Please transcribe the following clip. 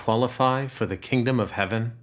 qualify for the kingdom of heaven